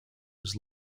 was